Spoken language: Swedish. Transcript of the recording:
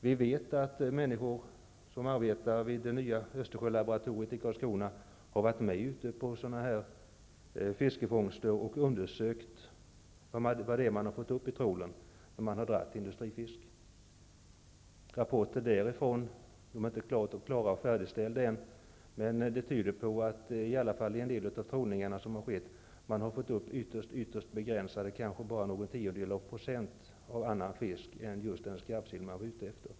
Vi vet att människor som arbetar vid det nya Östersjölaboratoriet i Karlskrona har varit med ute på sådana här fiskefångster och undersökt vad man har fått upp i trålen när man har dragit industrifisk. Rapporterna därifrån är inte färdigställda än men de tyder på att man, i alla fall i en del av de trålningar som har skett, har fått upp ytterst begränsade mängder, kanske bara någon tiondels procent, av annan fisk än just den skarpsill man var ute efter.